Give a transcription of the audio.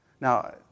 Now